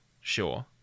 sure